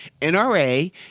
NRA